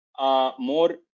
more